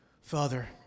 Father